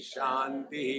Shanti